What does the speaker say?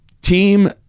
Team